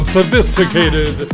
Sophisticated